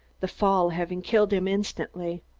the fall having killed him instantly.